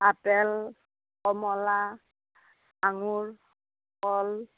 apple কমলা আঙুৰ কল